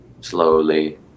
slowly